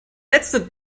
letzte